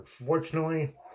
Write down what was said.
unfortunately